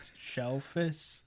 shellfish